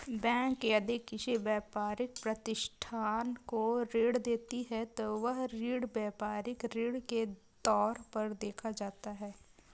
bank यदि किसी व्यापारिक प्रतिष्ठान को ऋण देती है तो वह ऋण व्यापारिक ऋण के तौर पर देखा जाता है